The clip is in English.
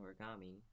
origami